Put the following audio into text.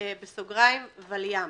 ולי"ם.